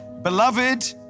Beloved